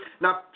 Now